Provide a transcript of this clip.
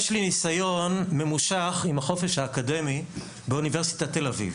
יש לי ניסיון ממושך עם החופש האקדמי באוניברסיטת תל אביב,